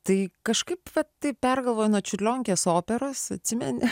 tai kažkaip vat taip pergalvoju nuo čiurlionkės operos atsimeni